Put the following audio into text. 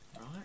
right